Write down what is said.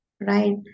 right